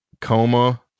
coma